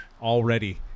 already